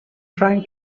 trying